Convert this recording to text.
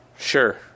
Sure